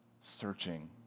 searching